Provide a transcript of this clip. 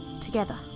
Together